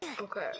Okay